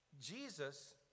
Jesus